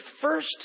first